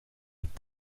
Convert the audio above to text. het